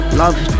love